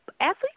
athletes